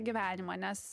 gyvenimą nes